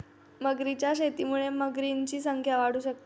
मगरींच्या शेतीमुळे मगरींची संख्या वाढू शकते